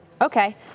Okay